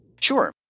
Sure